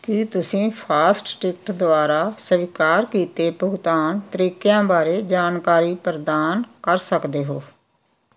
ਕੀ ਤੁਸੀਂ FASTag ਦੁਆਰਾ ਸਵੀਕਾਰ ਕੀਤੇ ਭੁਗਤਾਨ ਤਰੀਕਿਆਂ ਬਾਰੇ ਜਾਣਕਾਰੀ ਪ੍ਰਦਾਨ ਕਰ ਸਕਦੇ ਹੋ